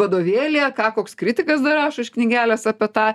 vadovėlyje ką koks kritikas dar rašo iš knygelės apie tą